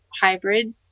hybrid